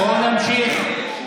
בואו נמשיך.